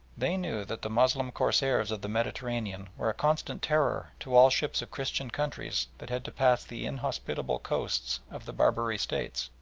they knew that the moslem corsairs of the mediterranean were a constant terror to all ships of christian countries that had to pass the inhospitable coasts of the barbary states,